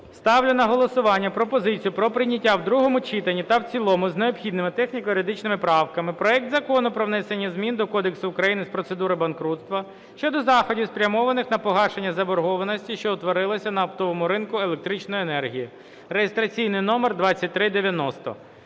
Ставлю на голосування пропозицію про прийняття в другому читанні та в цілому з необхідними техніко-юридичними правками проект Закону про внесення змін до Кодексу України з процедур банкрутства (щодо заходів, спрямованих на погашення заборгованості, що утворилася на оптовому ринку електричної енергії) (реєстраційний номер 2390).